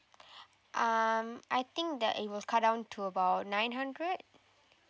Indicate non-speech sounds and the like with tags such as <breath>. <breath> um I think that it was cut down to about nine hundred